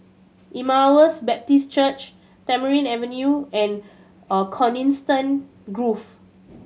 Emmaus Baptist Church Tamarind Avenue and Coniston Grove